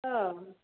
औ